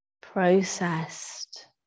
processed